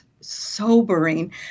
sobering